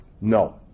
No